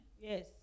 Yes